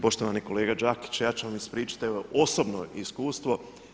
Poštovani kolega Đakić, ja ću vam ispričati evo osobno iskustvo.